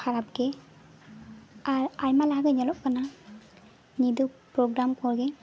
ᱠᱷᱟᱨᱟᱯ ᱜᱮ ᱟᱨ ᱟᱭᱢᱟ ᱞᱟᱦᱟ ᱜᱮ ᱧᱮᱞᱚᱜ ᱠᱟᱱᱟ ᱧᱤᱫᱟᱹ ᱯᱨᱳᱜᱮᱨᱟᱢ ᱠᱚᱜᱮ